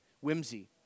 whimsy